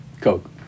Coke